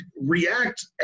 react